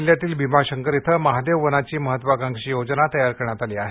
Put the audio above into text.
पुणे जिल्ह्यातील भीमाशंकर इथं महादेव वनाची महत्वाकांक्षी योजना तयार करण्यात आली आहे